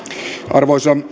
arvoisa